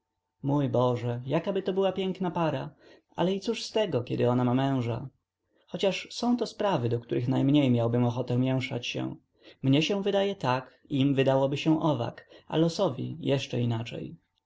mój boże jakaby to była piękna para ale i cóż z tego kiedy ona ma męża chociaż są to sprawy do których najmniej miałbym ochoty mięszać się mnie się wydaje tak im wydałoby się owak a losowi jeszcze inaczej